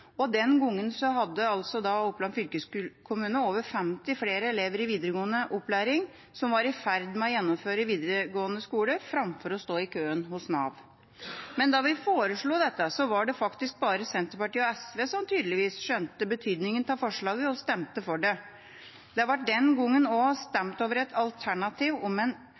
og den gangen hadde Oppland fylkeskommune over 50 flere elever i videregående opplæring som var i ferd med å gjennomføre videregående skole framfor å stå i køen hos Nav. Men da vi foreslo dette, var det tydeligvis bare Senterpartiet og SV som skjønte betydningen av forslaget og stemte for det. Det ble den gangen også stemt over et alternativ om en